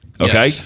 Okay